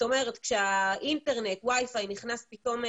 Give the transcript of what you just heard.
כשטכנולוגיית וי-פי נכנסה,